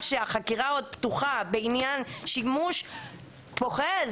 שהחקירה עוד פתוחה בעניין שימוש פוחז,